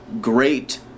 great